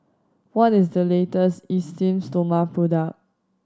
what is the latest Esteem Stoma product